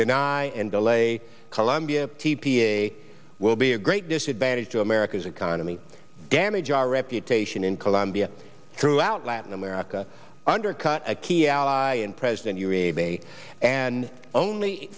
deny and delay colombia t p a will be a great disadvantage to america's economy damage our reputation in colombia throughout latin america undercut a key ally and president uribe and only